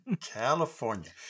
California